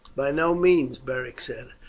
by no means, beric said.